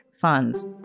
funds